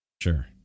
Sure